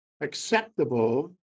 acceptable